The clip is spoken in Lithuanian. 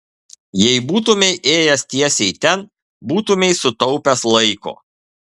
jei būtumei ėjęs tiesiai ten būtumei sutaupęs laiko